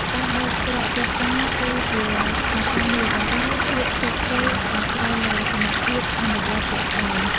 ការបើកច្រកទីផ្សារគឺជាឱកាសមាស ប៉ុន្តែភាពជោគជ័យអាស្រ័យលើសមត្ថភាពអនុវត្តជាក់ស្ដែង។